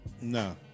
No